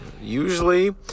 Usually